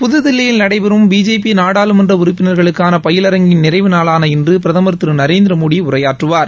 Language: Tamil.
புதுதில்லியில் நடைபெறும் பிஜேபி நாடாளுமன்ற உறுப்பினர்களுக்கான பயிலரங்கின் நிறைவு நாளான இன்று பிரதமர் திரு நரேந்திர மோடி உரையாற்றுவார்